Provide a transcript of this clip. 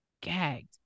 gagged